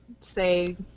say